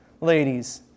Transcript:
ladies